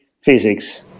physics